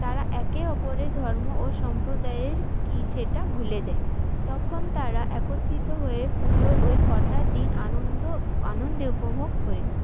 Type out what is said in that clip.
তারা একে অপরের ধর্ম ও সম্প্রদায়ে কি সেটা ভুলে যায় তখন তারা একত্রিত হয়ে পুজোর ওই কটা দিন আনন্দ আনন্দে উপভোগ করে